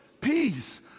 Peace